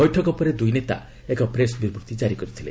ବୈଠକ ପରେ ଦୁଇ ନେତା ଏକ ପ୍ରେସ୍ ବିବୃତ୍ତି ଜାରି କରିଥିଲେ